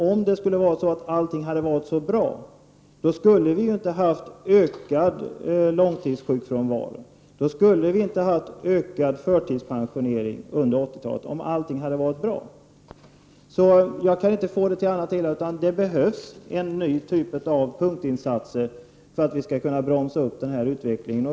Om allting hade varit så bra, skulle vi inte ha haft ökad långtidssjukfrånvaro eller ökad förtidspensionering under 1980-talet. Jag kan inte komma fram till någonting annat än att det behövs en ny typ av punktinsatser för att vi skall kunna bromsa den här utvecklingen.